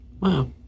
Wow